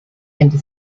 into